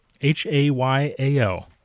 H-A-Y-A-O